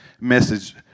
message